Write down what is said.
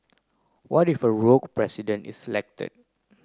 what if a rogue President is elected